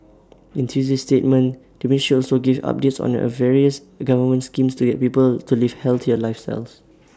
in Tuesday's statement the ministry also gave updates on the various government schemes to get people to live healthier lifestyles